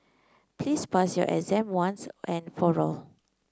please pass your exam once and for all